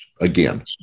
again